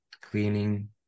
cleaning